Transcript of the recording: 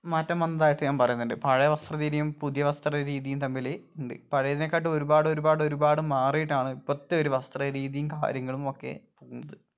മാറ്റം വന്നതായിട്ട് ഞാൻ പറയുന്നുണ്ട് പഴയ വസ്ത്രരീതിയും പുതിയ വസ്ത്രരീതിയും തമ്മിൽ ഉണ്ട് പഴയതിനെക്കാട്ടി ഒരുപാട് ഒരുപാട് ഒരുപാട് മാറിയിട്ടാണ് ഇപ്പത്തെ ഒരു വസ്ത്രരീതിയും കാര്യങ്ങളും ഒക്കെ പോകുന്നത്